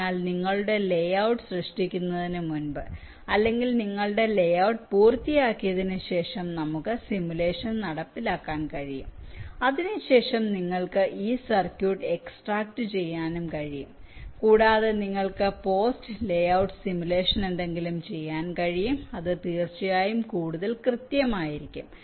അതിനാൽ നിങ്ങളുടെ ലേഔട്ട് സൃഷ്ടിക്കുന്നതിനുമുമ്പ് അല്ലെങ്കിൽ നിങ്ങളുടെ ലേഔട്ട് പൂർത്തിയാക്കിയതിനുശേഷം ഞങ്ങൾക്ക് സിമുലേഷൻ നടപ്പിലാക്കാൻ കഴിയും അതിനുശേഷം നിങ്ങൾക്ക് ഈ സർക്യൂട്ട് എക്സ്ട്രാക്റ്റുചെയ്യാനും കഴിയും കൂടാതെ നിങ്ങൾക്ക് പോസ്റ്റ് ലേഔട്ട് സിമുലേഷൻ എന്തെങ്കിലും ചെയ്യാൻ കഴിയും അത് തീർച്ചയായും കൂടുതൽ കൃത്യം ആയിരിക്കും